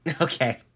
okay